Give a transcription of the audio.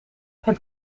het